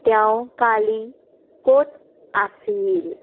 তেওঁ কালি ক'ত আছিল